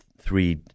three